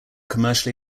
commercially